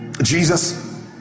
Jesus